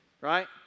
right